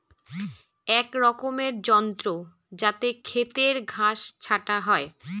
এক রকমের যন্ত্র যাতে খেতের ঘাস ছাটা হয়